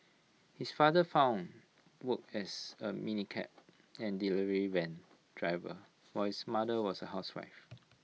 his father found work as A minicab and delivery van driver while his mother was A housewife